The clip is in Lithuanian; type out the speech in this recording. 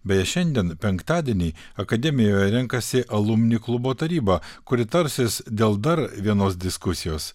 beje šiandien penktadienį akademijoje renkasi alumni klubo taryba kuri tarsis dėl dar vienos diskusijos